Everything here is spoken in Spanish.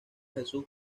jesús